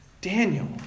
Daniel